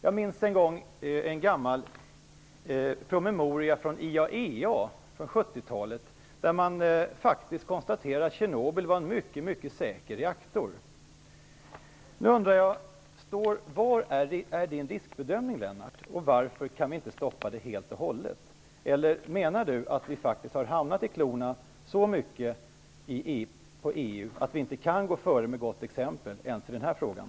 Jag minns en gammal IAEA-promemoria från 70 talet, där det faktiskt konstateras att Tjernobyl var en mycket säker reaktor. Vilken är Lennart Daléus riskbedömning, och varför kan vi inte stoppa detta helt och hållet? Eller menar Lennart Daléus att vi faktiskt har hamnat i klorna på EU i så hög grad att vi inte kan gå före med gott exempel ens i den här frågan?